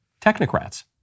technocrats